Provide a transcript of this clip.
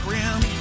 rim